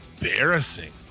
embarrassing